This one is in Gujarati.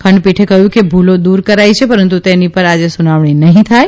ખંડપીઠે કહ્યું કે ભૂલો દૂર કરાઇ છે પરંતુ તેની પર આજે સુનાવણી નહીં થાય